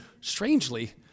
strangely